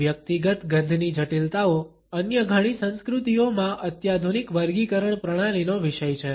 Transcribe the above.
વ્યક્તિગત ગંધની જટિલતાઓ અન્ય ઘણી સંસ્કૃતિઓમાં અત્યાધુનિક વર્ગીકરણ પ્રણાલીનો વિષય છે